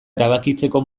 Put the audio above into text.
erabakitzeko